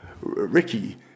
Ricky